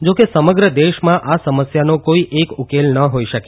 જા કે સમગ્ર દેશમાં આ સમસ્યાનો કોઇ એક ઉકેલ ન હોઇ શકે